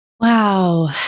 wow